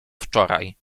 wczoraj